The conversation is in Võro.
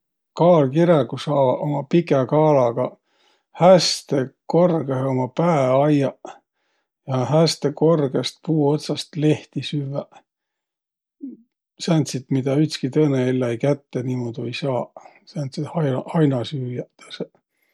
Kaalkiräguq saavaq uma pikä kaalaga häste korgõhe uma pää ajjaq ja häste korgõst puu otsast lehti süvväq. Sääntsit, midä ütski tõõnõ elläi kätte niimuudu ei saaq, sääntseq haina- hainasüüjäq tõõsõq.